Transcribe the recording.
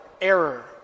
error